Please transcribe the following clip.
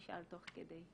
נשאל תוך כדי.